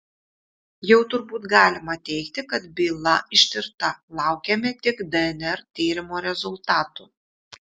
jau turbūt galima teigti kad byla ištirta laukiame tik dnr tyrimo rezultatų